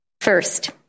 First